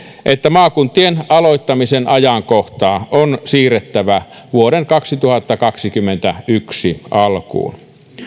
että maakuntien aloittamisen ajankohtaa on siirrettävä vuoden kaksituhattakaksikymmentäyksi alkuun